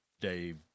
Dave